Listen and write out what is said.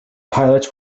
pilots